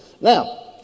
now